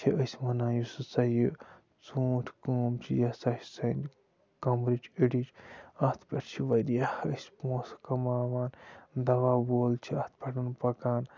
چھِ أسۍ وَنان یُس ہسا یہِ ژوٗنٛٹھ کٲم چھِ یہِ ہسا چھِ سانہِ کَمرٕچۍ أڈٕجۍ اَتھ پٮ۪ٹھ چھِ واریاہ أسۍ پونٛسہٕ کَماوان دوا وول چھُ اَتھ پٮ۪ٹھ پَکان